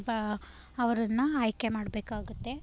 ಬ ಅವರನ್ನು ಆಯ್ಕೆ ಮಾಡಬೇಕಾಗುತ್ತೆ